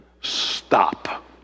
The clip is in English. Stop